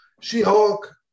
She-Hulk